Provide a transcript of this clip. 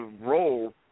role